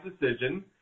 decision